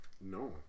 no